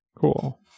Cool